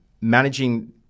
managing